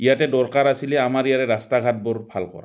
ইয়াতে দৰকাৰ আছিলে আমাৰ ইয়াৰে ৰাস্তা ঘাটবোৰ ভাল কৰা